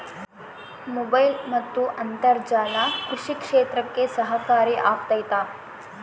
Mobile ಮತ್ತು ಅಂತರ್ಜಾಲ ಕೃಷಿ ಕ್ಷೇತ್ರಕ್ಕೆ ಸಹಕಾರಿ ಆಗ್ತೈತಾ?